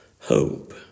hope